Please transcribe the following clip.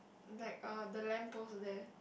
like uh the lamp post there